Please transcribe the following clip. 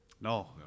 No